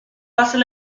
passez